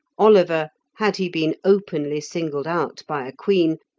oliver, had he been openly singled out by a queen,